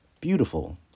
Beautiful